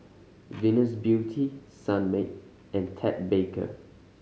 Venus Beauty Sunmaid and Ted Baker